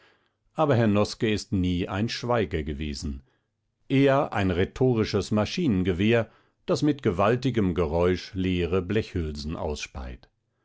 aber herr noske ist nie ein schweiger gewesen eher ein rhetorisches maschinengewehr das mit gewaltigem geräusch leere blechhülsen ausspeit